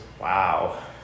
wow